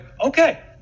okay